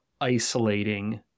isolating